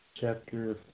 Chapter